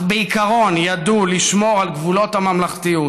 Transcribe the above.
אך בעיקרון ידעו לשמור על גבולות הממלכתיות,